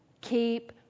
Keep